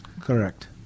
Correct